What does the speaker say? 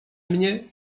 mnie